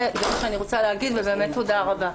זה מה שאני רוצה להגיד ובאמת תודה רבה.